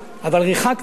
אבל ריחקתם.